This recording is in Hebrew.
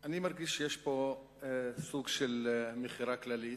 אני מרגיש שיש פה סוג של מכירה כללית,